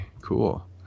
Cool